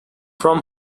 from